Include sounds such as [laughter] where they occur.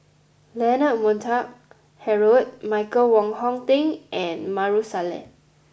Leonard Montague [noise] Harrod Michael Wong Hong Teng and Maarof Salleh